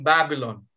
Babylon